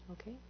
Okay